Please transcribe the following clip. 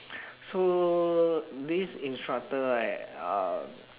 so this instructor right uh